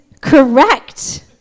correct